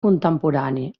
contemporani